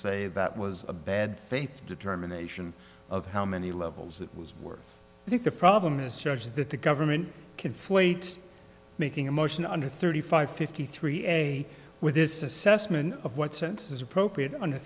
say that was a bad faith determination of how many levels it was worth i think the problem is charges that the government conflate making a motion under thirty five fifty three a with this assessment of what sense is appropriate under